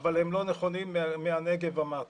אבל הם לא נכונים מהנגב ומטה.